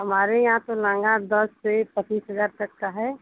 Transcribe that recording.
हमारे यहाँ तो लहंगा दस से पचीस हजार तक का है